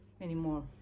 anymore